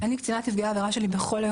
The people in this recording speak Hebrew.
אני לא מכירה.